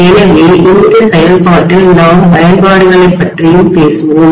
எனவே இந்த செயல்பாட்டில் நாம் பயன்பாடுகளைப்பற்றியும்பேசுவோம்